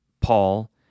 Paul